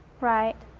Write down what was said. right.